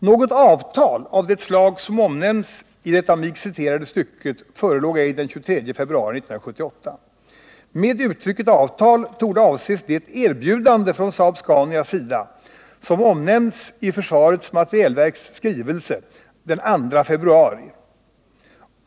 Något avtal av det slag som omnämns i det av mig citerade stycket förelåg ej den 23 februari 1978. Med uttrycket ”avtal” torde avses det erbjudande från Saab-Scanias sida som omnämns i försvarets materielverks skrivelse den 2 februari.